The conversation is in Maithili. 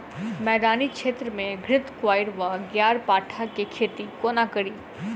मैदानी क्षेत्र मे घृतक्वाइर वा ग्यारपाठा केँ खेती कोना कड़ी?